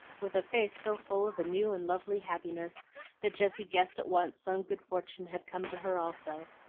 with a face so full of a new and lovely happiness that jessie guessed at once some good fortune had come to her also.